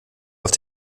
auf